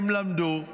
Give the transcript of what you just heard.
הם למדו ועבדו.